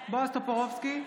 בועז טופורובסקי,